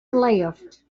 left